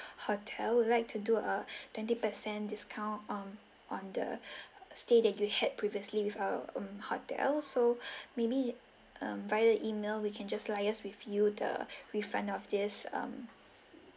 hotel we'd like to do a twenty percent discount on on the stay that you had previously with our um hotel so maybe um via email we can just liase with you the refund of this um